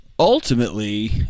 Ultimately